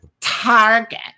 Target